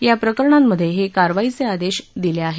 या प्रकरणांमधे हे कारवाईचे आदेश दिले आहेत